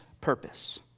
purpose